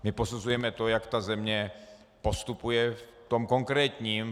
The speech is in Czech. My posuzujeme to, jak ta země postupuje v konkrétním.